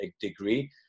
degree